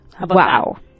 Wow